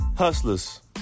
hustlers